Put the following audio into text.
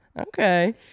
Okay